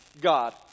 God